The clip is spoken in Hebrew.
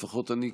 לפחות אני,